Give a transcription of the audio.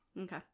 okay